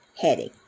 heading